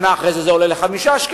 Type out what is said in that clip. שנה אחרי זה עולה 5 שקלים,